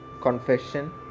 confession